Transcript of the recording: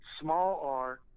small-R